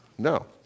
No